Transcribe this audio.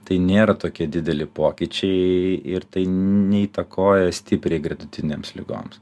tai nėra tokie dideli pokyčiai ir tai neįtakoja stipriai gretutinėms ligoms